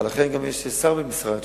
אבל לכן יש גם שר במשרד,